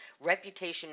reputation